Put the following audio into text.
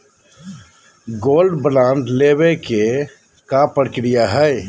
Gold bond लेवे के का प्रक्रिया हई?